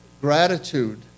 gratitude